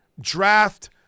Draft